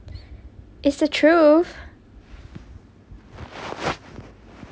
it's the truth